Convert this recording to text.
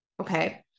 Okay